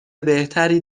بهتری